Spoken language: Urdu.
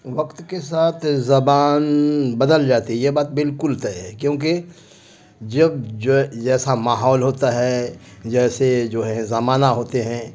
وقت کے ساتھ زبان بدل جاتی ہے یہ بات بالکل طے ہے کیونکہ جب جو جیسا ماحول ہوتا ہے جیسے جو ہے زمانہ ہوتے ہیں